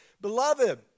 beloved